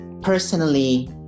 Personally